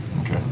Okay